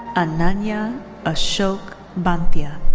ananya ashok banthia.